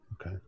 Okay